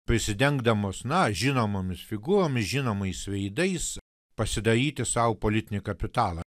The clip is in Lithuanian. prisidengdamos na žinomomis figūromis žinomais veidais pasidaryti sau politinį kapitalą